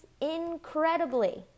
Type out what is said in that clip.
incredibly